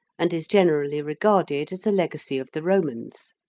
and is generally regarded as a legacy of the romans.